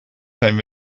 zijn